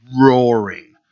roaring